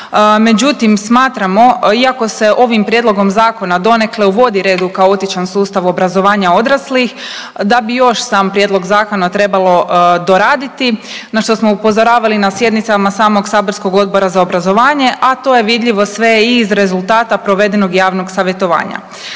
Međutim, smatramo iako se ovim prijedlogom zakona donekle uvodi red u kaotičan sustav obrazovanja odraslih da bi još sam prijedlog zakona trebalo doraditi na što smo upozoravali na sjednicama samog saborskog Odbora za obrazovanje, a to je vidljivo sve i iz rezultata provedenog javnog savjetovanja.